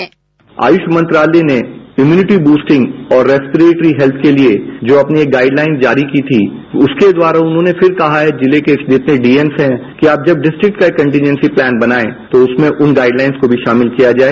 sound byte AYUSH मंत्रालय ने immunity boosting और रेस्पीरेटरी हेत्थ के लिए जो अपनी गाइडलाइन जारी की थी उसके द्वारा उन्होंने फिर कहा है जिले के जितने डीएम हैं कि आप जब डिस्ट्रीक्ट का एक कंटिंगजॅसी प्लान बनाए तो उसमें उन गाइडलाइन को भी शामिल किया जाए